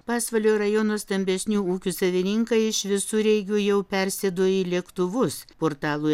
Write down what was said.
pasvalio rajono stambesnių ūkių savininkai iš visureigių jau persėdo į lėktuvus portalui